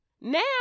now